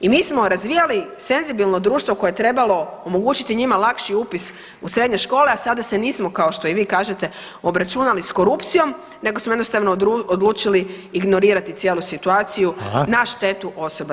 I mi smo razvijali senzibilno društvo koje je trebalo omogućiti njima lakši upis u srednje škole, a sada se nismo kao što i vi kažete obračunali s korupcijom nego smo jednostavno odlučili ignorirati cijelu situaciju [[Upadica Reiner: Hvala.]] na štetu osoba s